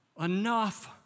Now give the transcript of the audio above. enough